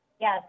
Yes